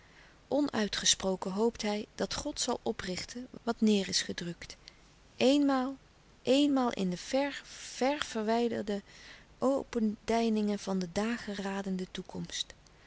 onuitgesproken hoopt hij dat god zal oprichten wat neêr is gedrukt eenmaal eenmaal in de ver verwijderde opendeiningen van de dageradende toekomst